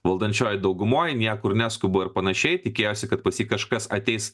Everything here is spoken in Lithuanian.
valdančiojoj daugumoj niekur neskubu ir panašiai tikėjosi kad pas jį kažkas ateis